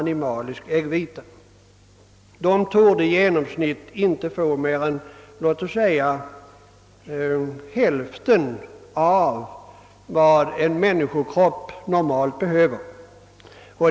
Dessa människor torde i genomsnitt inte få mer än hälften av vad en människokropp normalt behöver.